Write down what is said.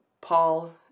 Paul